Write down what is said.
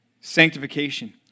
Sanctification